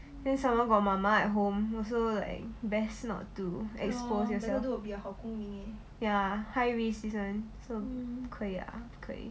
the somemore got mama at home also like best not to expose yourself